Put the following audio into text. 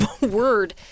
word